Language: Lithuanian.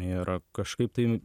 ir kažkaip tai